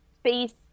space